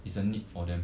it's a need for them